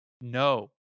No